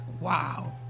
Wow